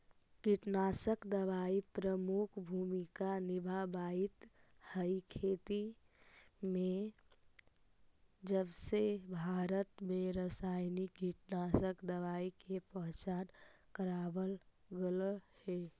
कीटनाशक दवाई प्रमुख भूमिका निभावाईत हई खेती में जबसे भारत में रसायनिक कीटनाशक दवाई के पहचान करावल गयल हे